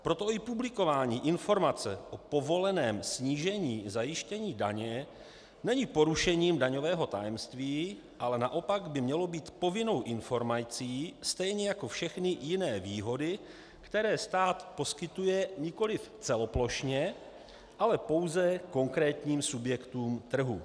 Proto i publikování informace o povoleném snížení zajištění daně není porušením daňového tajemství, ale naopak by mělo být povinnou informací, stejně jako všechny jiné výhody, které stát poskytuje nikoliv celoplošně, ale pouze konkrétním subjektům trhu.